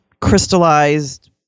crystallized